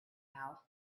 house